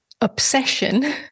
obsession